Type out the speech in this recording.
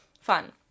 Fun